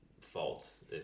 faults